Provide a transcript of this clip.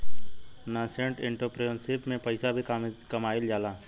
nascent entrepreneurship में पइसा भी कामयिल जाला